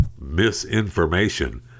misinformation